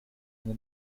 eine